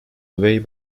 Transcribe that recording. away